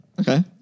Okay